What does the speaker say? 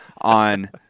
on